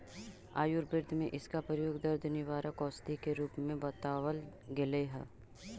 आयुर्वेद में इसका प्रयोग दर्द निवारक औषधि के रूप में बतावाल गेलई हे